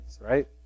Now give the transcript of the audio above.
right